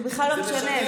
זה בכלל לא משנה.